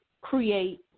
create